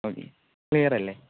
okay clear അല്ലേ